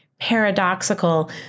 paradoxical